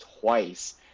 twice